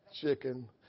chicken